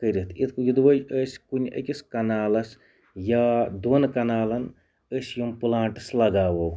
کٔرِتھ یِتھ یُدوے أسۍ کُنہِ أکِس کَنالَس یا دۄن کَنالَن أسۍ چھِ یِم پلانٛٹس لَگاوو